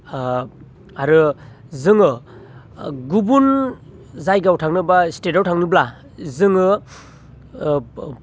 आरो जोङो गुबुन जायगायाव थांनोबा स्टेटाव थांनोब्ला जोङो